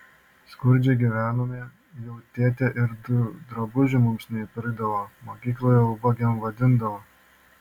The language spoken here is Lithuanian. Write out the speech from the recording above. skurdžiai gyvenome jau tėtė ir tų drabužių mums neįpirkdavo mokykloje ubagėm vadindavo